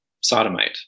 sodomite